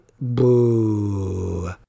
boo